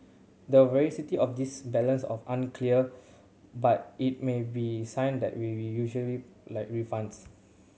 the veracity of this balance of unclear but it may be sign that we'll usually like refunds